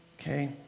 Okay